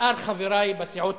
ושאר חברי בסיעות